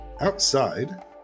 outside